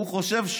הוא חושב,